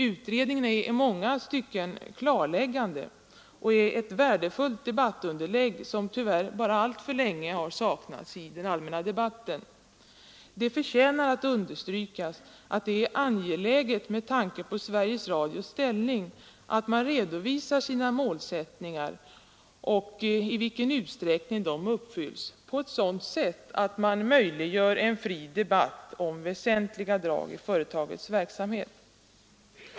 Utredningen är i många stycken klarläggande och är ett värdefullt debattunderlag, som tyvärr alltför länge har saknats i den allmänna debatten. Det förtjänar att understrykas att det med tanke på Sveriges Radios ställning är angeläget att man redovisar sina målsättningar och i vilken utsträckning de uppfylls på ett sådant sätt att man möjliggör en fri debatt om väsentliga drag i företagets verksamhet.